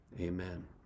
amen